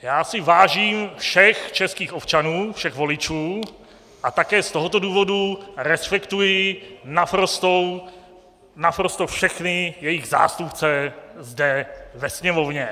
Já si vážím všech českých občanů, všech voličů, a také z tohoto důvodu respektuji naprosto všechny jejich zástupce zde ve Sněmovně.